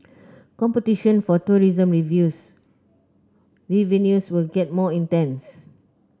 competition for tourism views revenues will get more intense